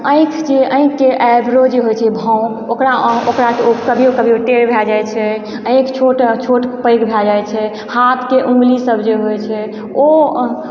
आँखि जे आँखिके आइब्रो जे होइ छै भौँ ओकरा ओकराके कभियो कभियो टेढ भए जाइ छै आँखि छोट छोट पैघ भए जाइ छै हाथके ऊँगली सब जे होइ छै ओ